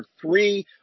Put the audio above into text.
three